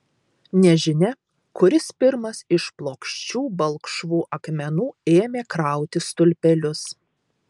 nežinia kuris pirmas iš plokščių balkšvų akmenų ėmė krauti stulpelius